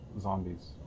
zombies